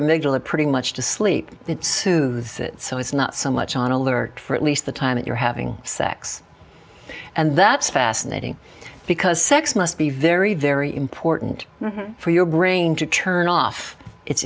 image will it pretty much to sleep soothe it so it's not so much on alert for at least the time that you're having sex and that's fascinating because sex must be very very important for your brain to turn off it